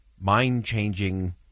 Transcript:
mind-changing